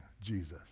Jesus